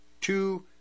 two